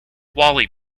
wally